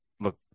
look